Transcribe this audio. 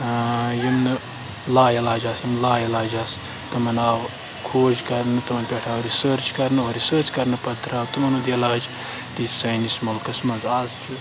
یِم نہٕ لا علاج آسہٕ یِم لا علاج آسہٕ تِمَن آو کھوج کَرنہٕ تِمَن پٮ۪ٹھ آو رِسٲرٕچ کَرنہٕ اور رِسٲرٕچ کَرنہٕ پَتہٕ درٛاو تِمَن ہُنٛد علاج تہِ سٲنِس مُلکَس منٛز اَز چھُ